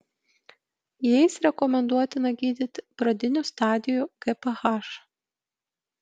jais rekomenduotina gydyti pradinių stadijų gph